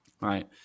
Right